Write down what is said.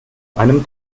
einem